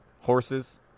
Horses